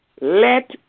let